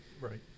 right